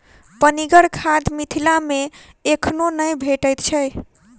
पनिगर खाद मिथिला मे एखनो नै भेटैत छै